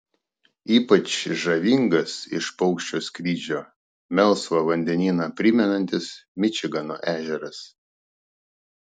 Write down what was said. ypač žavingas iš paukščio skrydžio melsvą vandenyną primenantis mičigano ežeras